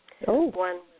One